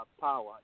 power